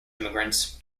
immigrants